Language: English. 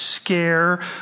scare